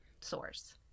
source